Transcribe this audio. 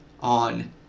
on